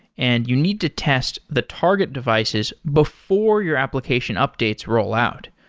and you need to test the target devices before your application updates rollout.